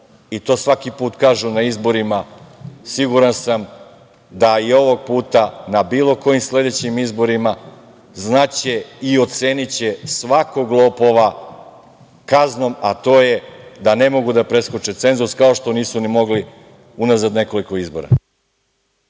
i to svaki put kažu na izborima. Siguran sam da i ovog puta na bilo kojim sledećim izborima znaće i oceniće svakog lopova kaznom, a to je da ne mogu da preskoče cenzus, kao što nisu ni mogli unazad nekoliko izbora.